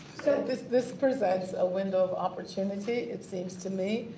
this this represents a window of opportunity it seems to me,